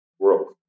growth